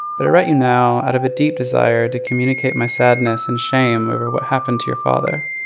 but i write you now out of a deep desire to communicate my sadness and shame over what happened to your father.